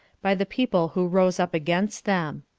by the people who rose up against them.